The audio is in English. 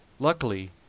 luckily,